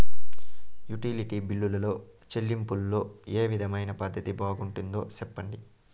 Utility బిల్లులో చెల్లింపులో ఏ విధమైన పద్దతి బాగుంటుందో సెప్పండి?